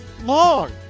Long